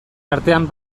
artean